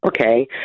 Okay